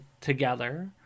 together